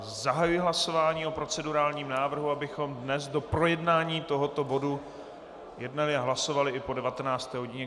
Zahajuji hlasování o procedurálním návrhu, abychom dnes do projednání tohoto bodu jednali a hlasovali i po 19. hodině.